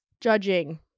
judging